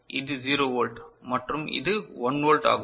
எனவே இது 0 வோல்ட் மற்றும் இது 1 வோல்ட் ஆகும்